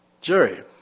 Jerry